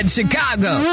Chicago